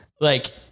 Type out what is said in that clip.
Like-